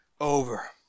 over